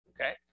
Okay